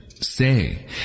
Say